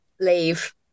leave